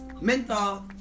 menthol